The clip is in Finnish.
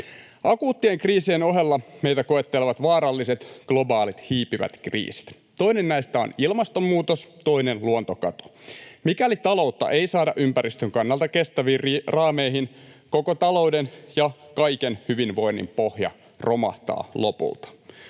Akuuttien kriisien ohella meitä koettelevat vaaralliset globaalit, hiipivät kriisit. Toinen näistä on ilmastonmuutos, toinen luontokato. Mikäli taloutta ei saada ympäristön kannalta kestäviin raameihin, koko talouden ja kaiken hyvinvoinnin pohja romahtaa lopulta.